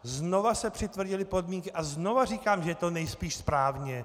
Znovu se přitvrdily podmínky a znovu říkám, že je to nejspíš správně.